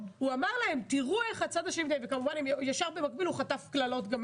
הוא אמר להם תראו איך הצד השני כמובן שבמקביל הוא חטף גם קלקלות,